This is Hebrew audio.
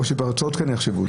או שבהוצאות כן יחשיבו אותה?